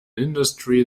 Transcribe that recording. industry